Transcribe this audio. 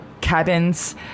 cabins